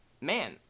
man